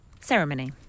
Ceremony